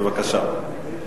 בבקשה.